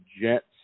Jets